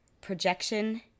projection